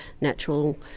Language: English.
natural